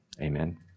Amen